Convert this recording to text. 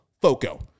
FOCO